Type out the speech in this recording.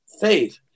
faith